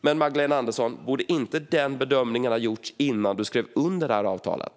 Men, Magdalena Andersson, borde inte den bedömningen ha gjorts innan du skrev under avtalet?